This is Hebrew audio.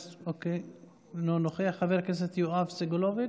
אינו נוכח, חבר הכנסת יואב סגלוביץ'